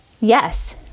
Yes